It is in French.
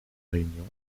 réunion